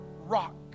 rock